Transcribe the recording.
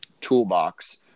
toolbox